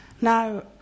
Now